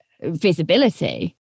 visibility